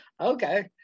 Okay